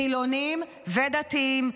חילונים ודתיים,